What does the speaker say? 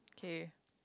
okay